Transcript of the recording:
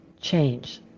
change